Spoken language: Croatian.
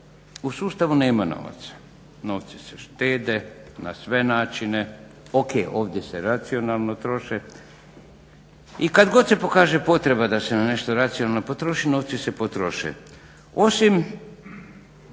u sustavu nema novaca, novci se štede na sve načine. O.k. Ovdje se racionalno troše i kad god se pokaže potreba da se na nešto racionalno potroši novci se potroše osim